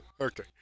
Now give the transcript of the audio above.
Okay